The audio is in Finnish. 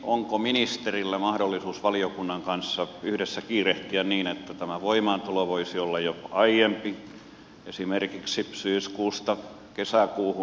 onko ministerillä mahdollisuus valiokunnan kanssa yhdessä kiirehtiä niin että tämä voimaantulo voisi olla jo aiemmin esimerkiksi syyskuusta kesäkuuhun